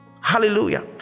hallelujah